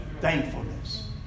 thankfulness